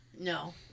No